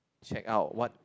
check out what